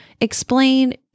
explain